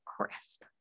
crisp